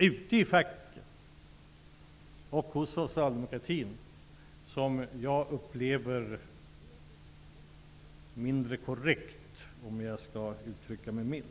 Ute i facken och inom socialdemokratin har man en uppläggning av det här som jag upplever som mindre korrekt för att uttrycka det milt.